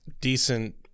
decent